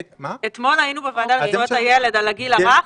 אתמול היינו בוועדה לזכויות הילד על הגיל הרך